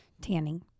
tanning